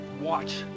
watch